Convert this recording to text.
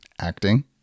acting